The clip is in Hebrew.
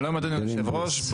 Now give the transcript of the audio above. שלום אדוני היושב ראש.